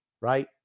right